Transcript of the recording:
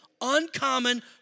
uncommon